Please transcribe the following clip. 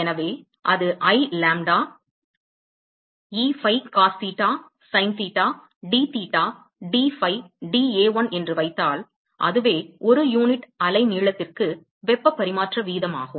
எனவே அது I lambdae phi cos theta sin theta d theta d phi dA1 என்று வைத்தால் அதுவே ஒரு யூனிட் அலைநீளத்திற்கு வெப்ப பரிமாற்ற வீதமாகும்